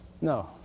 No